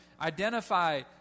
identify